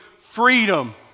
freedom